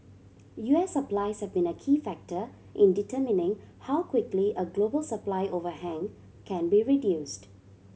U S supplies have been a key factor in determining how quickly a global supply overhang can be reduced